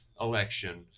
election